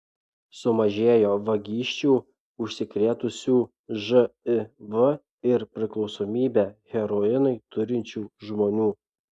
sumažėjo vagysčių užsikrėtusių živ ir priklausomybę heroinui turinčių žmonių